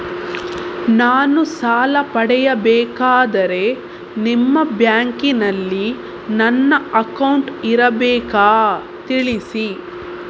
ನಾನು ಸಾಲ ಪಡೆಯಬೇಕಾದರೆ ನಿಮ್ಮ ಬ್ಯಾಂಕಿನಲ್ಲಿ ನನ್ನ ಅಕೌಂಟ್ ಇರಬೇಕಾ ತಿಳಿಸಿ?